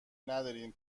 ندارین